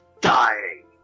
dying